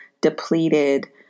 depleted